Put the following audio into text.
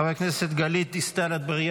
חבר הכנסת מיקי לוי,